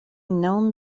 النوم